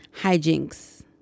hijinks